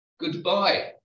goodbye